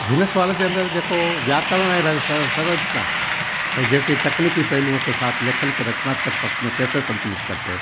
हिन सुवाल जे अंदरि जेको व्याकरण आहे सरलथा बई जैसी तक़निकी पहलूंओ साथ लेखक के रत्नामात्क पक्ष में कैसे संतुलित करते है